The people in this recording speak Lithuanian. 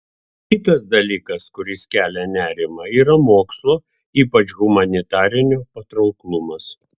kitas dalykas kuris kelia nerimą yra mokslo ypač humanitarinio patrauklumas